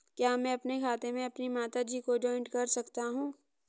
क्या मैं अपने खाते में अपनी माता जी को जॉइंट कर सकता हूँ?